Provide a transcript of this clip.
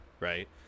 right